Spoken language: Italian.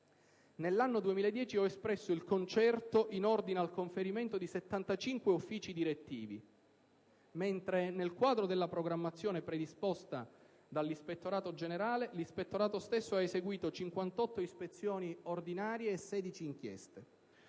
Nell'anno 2010 ho espresso il concerto in ordine al conferimento di 75 uffici direttivi, mentre nel quadro della programmazione predisposta dall'ispettorato generale, l'ispettorato stesso ha eseguito 58 ispezioni ordinarie e 16 inchieste.